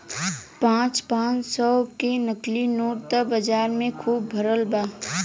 पाँच पाँच सौ के नकली नोट त बाजार में खुब भरल बा